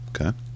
Okay